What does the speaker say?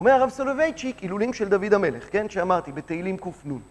אומר הרב סולובייצ'יק, הילולים של דוד המלך, כן, שאמרתי, בתהילים ק"נ.